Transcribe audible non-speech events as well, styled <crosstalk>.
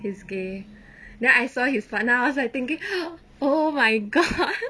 he's gay then I saw his partner I was like thinking <noise> oh my god